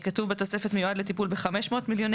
כתוב בתוספת "מיועד לטיפול ב-500 מיליון